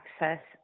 access